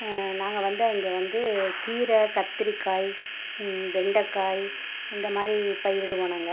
நாங்கள் வந்து அங்கே வந்து கீரை கத்திரிக்காய் வெண்டக்காய் இந்தமாதிரி பயிரிடுவோம் நாங்கள்